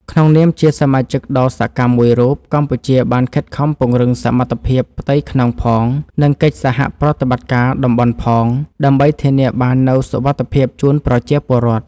ក្នុងនាមជាសមាជិកដ៏សកម្មមួយរូប កម្ពុជាបានខិតខំពង្រឹងសមត្ថភាពផ្ទៃក្នុងផង និងកិច្ចសហប្រតិបត្តិការតំបន់ផង ដើម្បីធានាបាននូវសុវត្ថិភាពជូនប្រជាពលរដ្ឋ។